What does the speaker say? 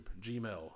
Gmail